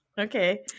Okay